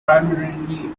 primarily